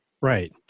Right